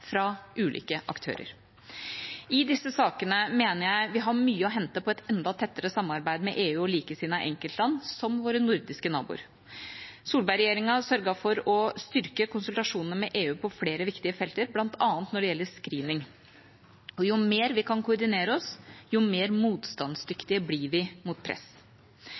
fra ulike aktører? I disse sakene mener jeg vi har mye å hente på et enda tettere samarbeid med EU og likesinnede enkeltland, som våre nordiske naboer. Solberg-regjeringa sørget for å styrke konsultasjonene med EU på flere viktige felter, bl.a. når det gjelder screening. Jo mer vi kan koordinerere oss, jo mer motstandsdyktige blir vi mot press.